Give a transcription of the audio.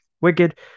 Wicked